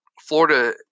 Florida